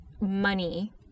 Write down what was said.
money